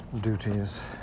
duties